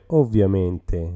ovviamente